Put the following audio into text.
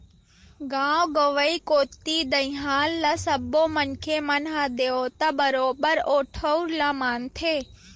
गाँव गंवई कोती दईहान ल सब्बो मनखे मन ह देवता बरोबर ओ ठउर ल मानथे